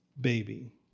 baby